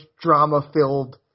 drama-filled